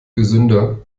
gesünder